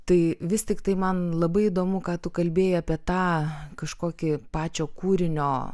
tai vis tiktai man labai įdomu ką tu kalbėjai apie tą kažkokį pačio kūrinio